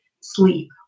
sleep